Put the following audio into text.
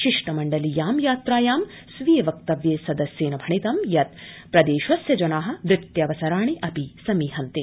शिष्टमण्डलीयां यात्रायां स्वीय व्यक्तव्ये सदस्येन भणितं यत् प्रदेशस्य जना वृत्यवसराणि अपि समीहन्ते